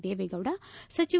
ದೇವೇಗೌಡ ಸಚಿವ